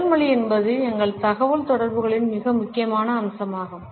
உடல் மொழி என்பது எங்கள் தகவல்தொடர்புகளின் மிக முக்கியமான அம்சமாகும்